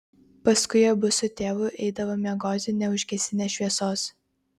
paskui abu su tėvu eidavo miegoti neužgesinę šviesos